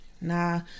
Nah